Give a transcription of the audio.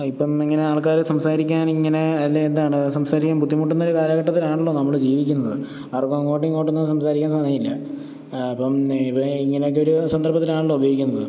ഇപ്പോള് ഇങ്ങനെ ആൾക്കാര് സംസാരിക്കാനിങ്ങനെ അല്ലെങ്കില് എന്താണ് സംസാരിക്കാൻ ബുദ്ധിമുട്ടുന്നൊരു കാലഘട്ടത്തിലാണല്ലോ നമ്മള് ജീവിക്കുന്നത് ആർക്കും അങ്ങോട്ടും ഇങ്ങോട്ടൊന്നും സംസാരിക്കാൻ സമയമില്ല അപ്പോള് ഇങ്ങനത്തൊരു സന്ദർഭത്തിലാണല്ലോ ഉപയോഗിക്കുന്നത്